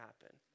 happen